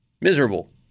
Miserable